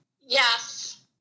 Yes